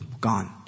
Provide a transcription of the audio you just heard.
Gone